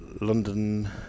London